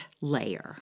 layer